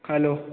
hello